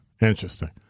Interesting